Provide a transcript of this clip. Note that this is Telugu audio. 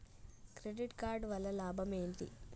క్రెడిట్ కార్డు వల్ల లాభం ఏంటి?